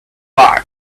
bag